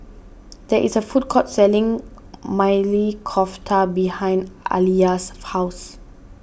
there is a food court selling Maili Kofta behind Aliya's house